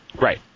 Right